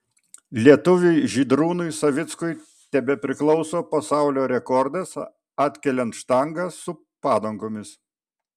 lietuviui žydrūnui savickui tebepriklauso pasaulio rekordas atkeliant štangą su padangomis